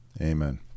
amen